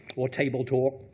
or table talk,